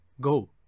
go